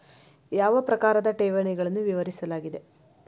ಯಾವ ಪ್ರಕಾರದ ಠೇವಣಿಗಳನ್ನು ವಿವರಿಸಲಾಗಿದೆ?